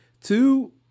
Two